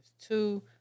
two